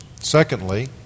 Secondly